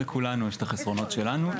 לכולנו יש את החסרונות שלנו.